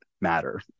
matter